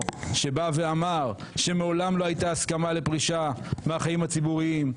שאמר שמעולם לא הייתה הסכמה לפרישה מהחיים הציבוריים,